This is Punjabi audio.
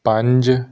ਪੰਜ